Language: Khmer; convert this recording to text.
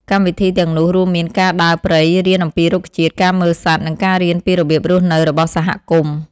កម្មវិធីទាំងនោះរួមមានការដើរព្រៃរៀនអំពីរុក្ខជាតិ ការមើលសត្វ និងការរៀនពីរបៀបរស់នៅរបស់សហគមន៍។